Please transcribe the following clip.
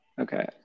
okay